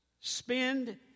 Spend